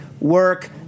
work